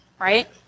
right